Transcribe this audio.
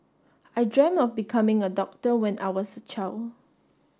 I dreamt of becoming a doctor when I was a child